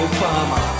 Obama